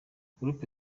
group